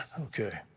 okay